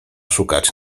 szukać